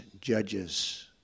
judges